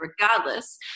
regardless